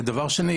דבר שני,